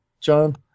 John